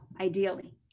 ideally